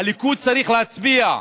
הליכוד צריך להצביע,